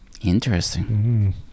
Interesting